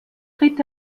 tritt